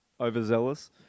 overzealous